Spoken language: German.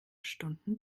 stunden